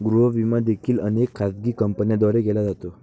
गृह विमा देखील अनेक खाजगी कंपन्यांद्वारे केला जातो